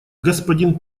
господин